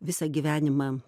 visą gyvenimą